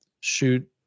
shoot